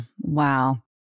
Wow